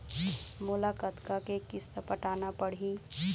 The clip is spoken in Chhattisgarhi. मोला कतका के किस्त पटाना पड़ही?